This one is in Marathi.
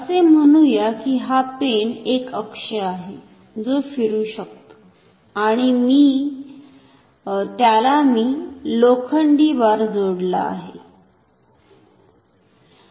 असे म्हणूया की हा पेन एक अक्ष आहे जो फिरू शकतो आणि त्याला मी लोखंडी बार जोडला आहे